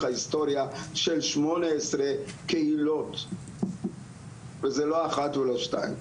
ההיסטוריה של 18 קהילות וזה לא אחת ולא שתיים,